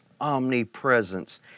omnipresence